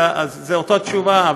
זו אותה תשובה,